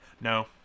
No